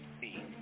see